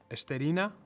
Estherina